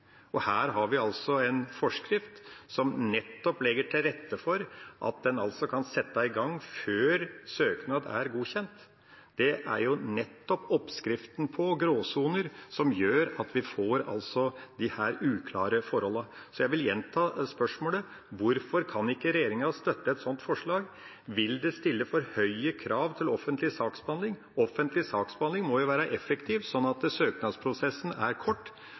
foreligger. Her har vi en forskrift som legger til rette for at en skal kunne sette i gang før søknad er godkjent. Det er jo oppskriften på å lage gråsoner, som gjør at vi får disse uklare forholdene. Jeg vil gjenta spørsmålet: Hvorfor kan ikke regjeringa støtte et slikt forslag? Vil det stille for høye krav til offentlig saksbehandling? Den offentlige saksbehandlingen må jo være effektiv, slik at søknadsprosessen er kort.